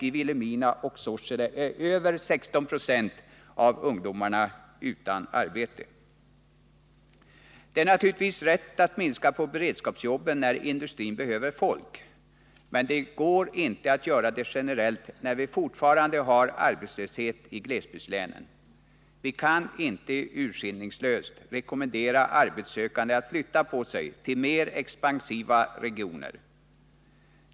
I Vilhelmina och Sorsele är över 16 96 av ungdomarna utan arbete. Det är naturligtvis rätt att minska på beredskapsjobben när industrin behöver folk, men det går inte att göra det generellt när vi fortfarande har arbetslöshet i glesbygdslänen. Vi kan inte urskillningslöst rekommendera arbetssökande att flytta på sig till mer expansiva regioner.